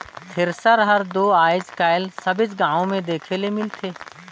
thresher हर दो आएज काएल सबेच गाँव मे देखे ले मिलथे